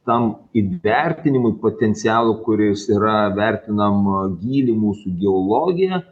tam įvertinimui potencialų kuris yra vertinama gylį mūsų geologija